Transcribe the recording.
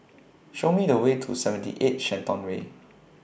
Show Me The Way to seventy eight Shenton Way